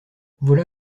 voilà